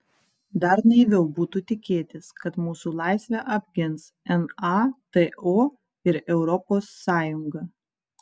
dar naiviau būtų tikėtis kad mūsų laisvę apgins nato ir europos sąjunga